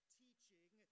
teaching